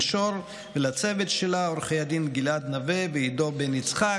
שור ולצוות שלה עו"ד גלעד נוה ועידו בן יצחק.